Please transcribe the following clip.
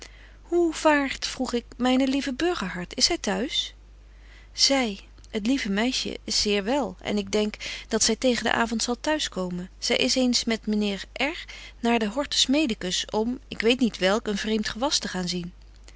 hoe vaart vroeg ik myn lieve burgerhart is zy t'huis zy het lieve meisje is zeer wel en ik denk dat zy tegen den avond zal t'huis komen zy is eens met myn heer r naar den hortus medicus om ik weet niet welk een vreemt gewas te gaan zien